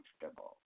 comfortable